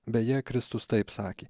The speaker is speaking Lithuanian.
beje kristus taip sakė